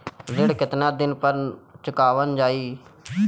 ऋण केतना दिन पर चुकवाल जाइ?